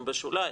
הם בשוליים,